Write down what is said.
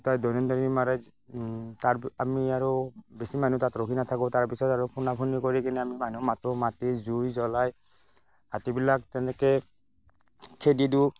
গোটেই মাৰে তাৰ আমি আৰু বেছি মানুহ তাত ৰখি নাথাকোঁ তাৰ পিছত আৰু ফোনাফোনি কৰি কিনে আমি মানুহ মাতো মাতি জুই জ্বলাই হাতীবিলাক তেনেকৈ খেদি দিওঁ